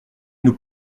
nous